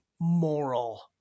moral